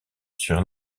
sur